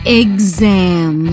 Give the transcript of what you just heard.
exam